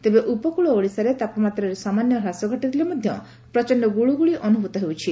ତେବେ ଉପକକଳ ଓଡ଼ିଶାରେ ତାପମାତ୍ରାରେ ସାମାନ୍ୟ ହ୍ରାସ ଘଟିଥିଲେ ମଧ ପ୍ରଚଣ୍ଡ ଗୁଳୁଗୁଳି ଅନୁଭୂତ ହେଉଛି